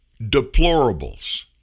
deplorables